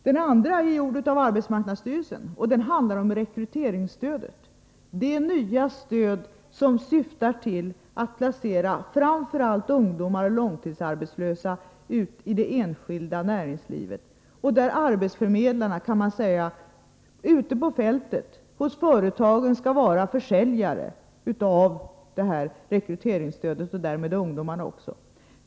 Den andra broschyren är gjord av arbetsmarknadsstyrelsen och handlar om rekryteringsstödet — det nya stöd som syftar till att placera ut framför allt ungdomar och långtidsarbetslösa i det enskilda näringslivet. Man kan säga att arbetsförmedlarna ute på fältet, hos företagen, skall vara försäljare av detta rekryteringsstöd och därmed hjälpa ungdomarna.